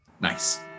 Nice